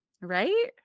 right